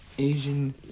Asian